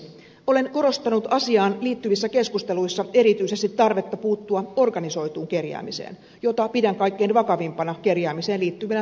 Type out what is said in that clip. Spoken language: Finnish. olen korostanut asiaan liittyvissä keskusteluissa erityisesti tarvetta puuttua organisoituun kerjäämiseen jota pidän kaikkein vakavimpana kerjäämiseen liittyvänä rikollisena ilmiönä